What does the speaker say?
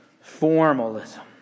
formalism